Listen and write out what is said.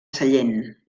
sallent